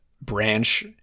branch